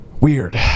weird